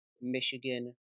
Michigan